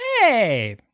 Hey